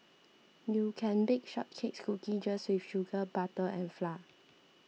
you can bake shortcake cookies just with sugar butter and flour